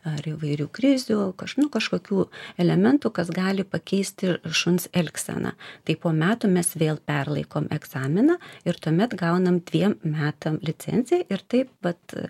ar įvairių krizių kaž nu kažkokių elementų kas gali pakeisti ir šuns elgseną tai po metų mes vėl perlaikom egzaminą ir tuomet gaunam dviem metam licenciją ir taip vat